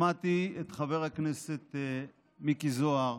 שמעתי את חבר הכנסת מיקי זוהר